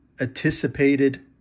anticipated